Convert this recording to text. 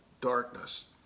darkness